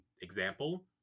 example